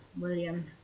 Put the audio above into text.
William